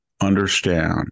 understand